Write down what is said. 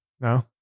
No